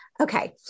Okay